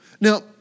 Now